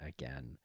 again